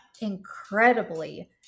incredibly